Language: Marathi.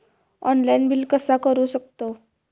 ऑनलाइन बिल कसा करु शकतव?